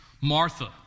Martha